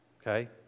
Okay